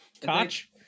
Coach